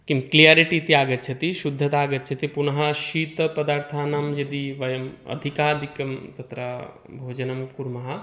किं क्लियरिटि इति आगच्छति शुद्धता आगच्छति पुनः शीतपदार्थानां यदि वयम् अधिकाधिकं तत्र भोजनं कुर्मः